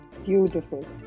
Beautiful